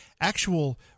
actual